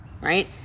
right